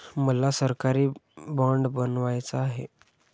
मला सरकारी बाँड बनवायचा आहे